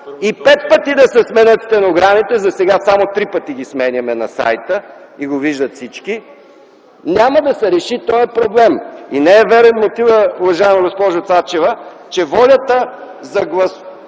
И пет пъти да се сменят стенограмите, засега само три пъти ги сменяме на сайта и го виждат всички, няма да се реши този проблем. И не е верен мотивът, уважаема госпожо Цачева, че волята на гласувалите